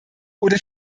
oder